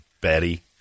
Betty